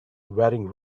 wearing